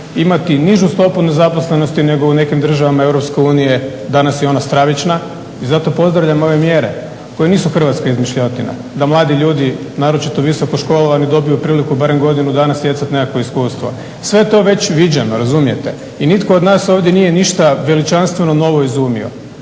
imati nižu stopu nezaposlenosti nego u nekim državama EU, danas je ona stravična. I zato pozdravljam ove mjere koje nisu hrvatska izmišljotina, da mladi ljudi, naročito visoko školovani dobiju priliku barem godinu dana stjecat nekakvo iskustvo. Sve je to već viđeno, razumijete, i nitko od nas ovdje nije ništa veličanstveno novo izumio.